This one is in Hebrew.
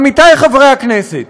עמיתי חברי הכנסת,